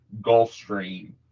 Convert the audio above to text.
Gulfstream